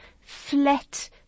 flat